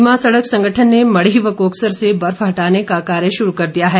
सीमा सड़क संगठन ने मढ़ी व कोकसर से बर्फ हटाने का कार्य शुरू कर दिया है